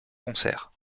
concert